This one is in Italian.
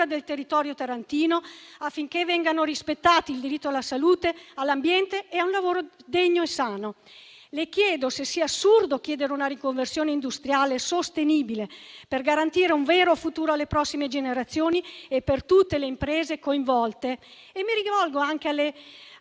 del territorio tarantino, affinché vengano rispettati il diritto alla salute, all'ambiente e a un lavoro degno e sano. Le chiedo se sia assurdo chiedere una riconversione industriale sostenibile per garantire un vero futuro alle prossime generazioni e per tutte le imprese coinvolte. Mi rivolgo anche alle